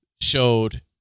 showed